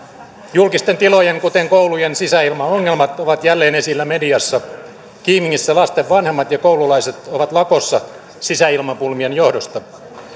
julkisten tilojen kuten koulujen sisäilmaongelmat ovat jälleen esillä mediassa kiimingissä lasten vanhemmat ja koululaiset ovat lakossa sisäilmapulmien johdosta